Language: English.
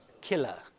killer